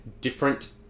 different